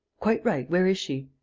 quite right. where is she?